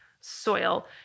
soil